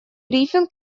брифинг